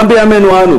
גם בימינו אנו,